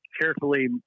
carefully